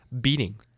beating